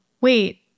Wait